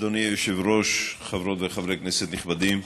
אדוני היושב-ראש, חברות וחברי כנסת נכבדים,